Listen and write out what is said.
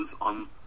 on